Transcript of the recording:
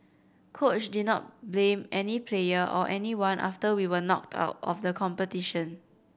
coach did not blame any player or anyone after we were knocked out of the competition